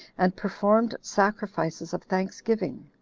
and performed sacrifices of thanksgiving,